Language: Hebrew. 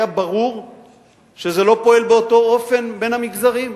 היה ברור שזה לא פועל באותו אופן בין המגזרים,